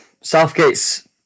Southgate's